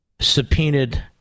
subpoenaed